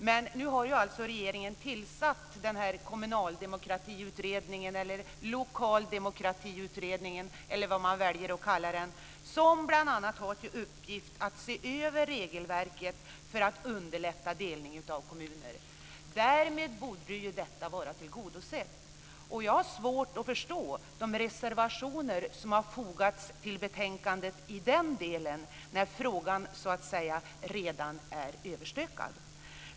Regeringen har nu tillsatt den här kommunaldemokratiutredningen eller lokaldemokratiutredningen, eller vad man väljer att kalla den, som bl.a. har till uppgift att se över regelverket för att underlätta delning av kommuner. Därmed borde detta vara tillgodosett. Jag har svårt att förstå de reservationer som har fogats till betänkandet i den delen när frågan så att säga redan är överstökad.